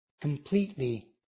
completely